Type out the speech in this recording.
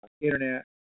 internet